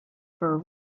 for